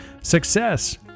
Success